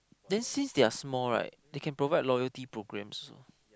then since they are small right they can provide loyalty program so